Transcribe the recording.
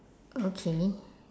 okay